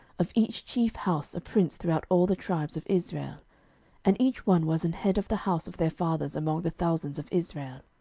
of each chief house a prince throughout all the tribes of israel and each one was an head of the house of their fathers among the thousands of israel.